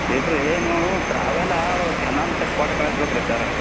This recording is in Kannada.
ಇಲ್ಲ ರೀ ನೀವು ಟ್ರಾವೆಲಾ ಅವು ಚನಾಂತಕ್ ಕೊಟ್ಟು ಕಳಿಸ್ಬೇಕ್ರಿ ಸರ್